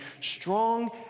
strong